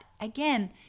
again